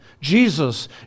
Jesus